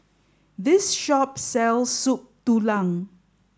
this shop sells Soup Tulang